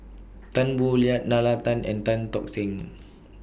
Tan Boo Liat Nalla Tan and Tan Tock Seng